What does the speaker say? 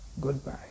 goodbye